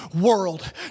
world